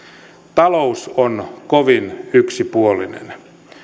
talous on kovin yksipuolinen